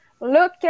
look